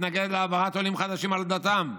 מתנגד להעברת עולים חדשים על דתם,